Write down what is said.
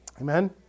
Amen